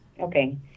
Okay